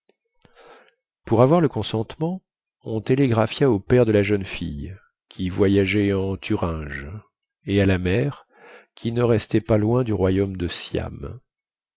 pour avoir le consentement on télégraphia au père de la jeune fille qui voyageait en thuringe et à la mère qui ne restait pas loin du royaume de siam